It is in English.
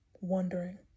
wondering